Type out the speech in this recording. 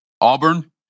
Auburn